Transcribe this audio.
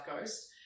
coast